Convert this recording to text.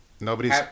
Nobody's